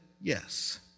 yes